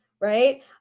right